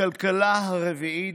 הכלכלה הרביעית